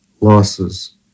Losses